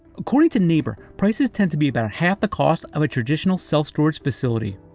according to neighbor, prices tend to be about half the cost of a traditional self-storage facility.